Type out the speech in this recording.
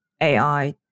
AI